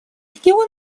региона